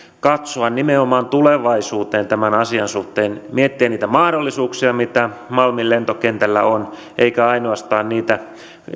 katsoa nimenomaan tulevaisuuteen tämän asian suhteen ja miettiä niitä mahdollisuuksia mitä malmin lentokentällä on eikä ainoastaan niitä